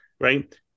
right